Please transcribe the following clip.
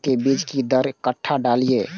गेंहू के बीज कि दर कट्ठा डालिए?